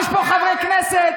יש פה חברי כנסת,